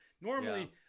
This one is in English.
Normally